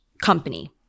company